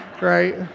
right